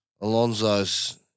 Alonso's